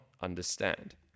understand